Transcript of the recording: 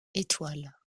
étoile